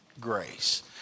grace